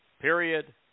Period